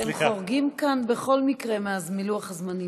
הם חורגים כאן בכל מקרה מלוח הזמנים.